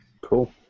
Cool